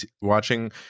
watching